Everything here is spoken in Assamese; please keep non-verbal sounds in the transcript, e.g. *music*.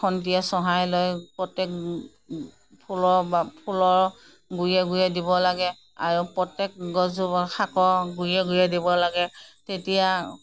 খন্তিয়ে চহাই লৈ প্ৰত্যেক *unintelligible* ফুলৰ ফুলৰ গুৰিয়ে গুৰিয়ে দিব লাগে আৰু প্ৰত্যেক গছবোৰৰ শাকৰ গুৰিয়ে গুৰিয়ে দিব লাগে তেতিয়া